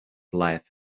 life